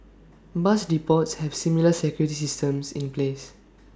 bus depots have similar security systems in place